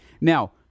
Now